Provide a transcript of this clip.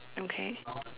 okay